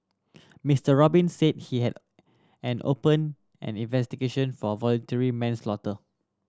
Mister Robin said he had an opened an investigation for voluntary manslaughter